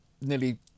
nearly